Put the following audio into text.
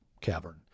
cavern